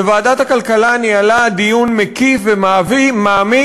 וועדת הכלכלה ניהלה דיון מקיף ומעמיק